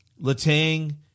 Latang